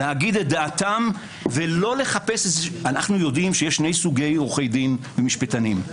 לומר את דעתם ולא לחפש יש שני סוגי עורכי דין ומשפטנים.